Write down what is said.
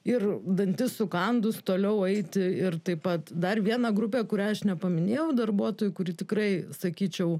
ir dantis sukandus toliau eiti ir taip pat dar viena grupė kurią aš nepaminėjau darbuotojų kuri tikrai sakyčiau